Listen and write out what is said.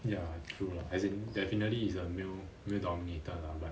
is it